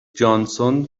جانسون